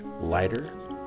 lighter